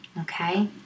okay